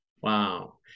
Wow